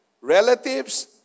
relatives